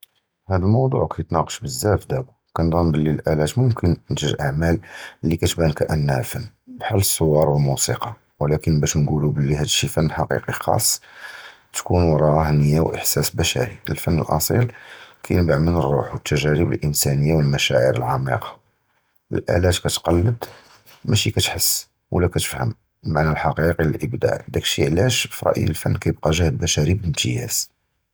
הַדָּא הַמֻּוְדּוּע כִּתְתְנַاقַש בְּזַבַּא דַאבָּא, וְכנְצַנּ בְּלִי הַאַלאטִים מֻכְנָה תְּנְתַ'ג אֻעְמָאל לִי כִּתְבַּאן כִּאַלָּא הִיּוּ פְן, בְּחָאל הַסּוּוַאר וְהַמוּסִיקָה, וְלָקִין בַּשּׁ נְקוּלוּ בְּלִי הַדָּא שִׁי פְן חַקִּיקִי חַאס, תִּקוּן וְרַאָה נִיָּה וְאִחְסַאס בְּשַׁרִי, הַפְן הָאָסִיל, כִּינְבַּע מִן הָרוּח וְהַתַּגַּארִב הָאִנְסָאנִיָּה וְהַמְּשַאעֵר הַעַמִיקִין, הַאַלאטִים כִּתְקַלֵּד, מַא שִּׁי כִּתְחַס, וְלָא כִּתְפַהַּם, הַמַּעְנָא הַחַקִּיקִי לִלְאִבְדַּاع, דָּא כִּיַּעְלָאש יִבְּקִי הַפְן גְּהְּד בְּשַׁרִי בְּאִמְתִיַאז.